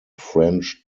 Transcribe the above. french